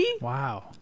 Wow